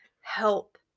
help